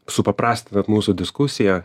supaprastinant mūsų diskusiją